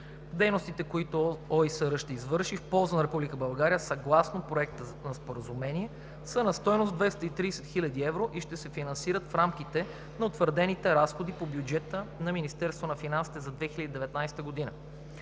Дейностите, които ОИСР ще извърши в полза на Република България, съгласно проекта на споразумение, са на стойност 230 хил. евро и ще се финансират в рамките на утвърдените разходи по бюджета на Министерството на финансите за 2019 г.